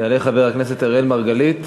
יעלה חבר הכנסת אראל מרגלית,